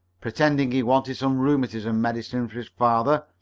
pretending he wanted some rheumatism medicine for his father!